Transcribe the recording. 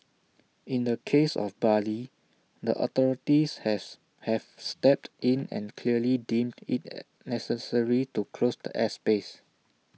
in the case of Bali the authorities has have stepped in and clearly deemed IT necessary to close the airspace